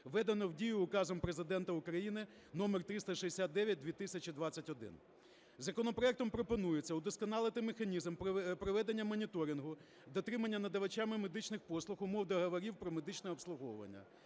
введеного в дію Указом Президента України № 369/2021. Законопроектом пропонується удосконалити механізм проведення моніторингу, дотримування надавачами медичних послуг умов договорів про медичне обслуговування,